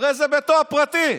הרי זה ביתו הפרטי.